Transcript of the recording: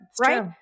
right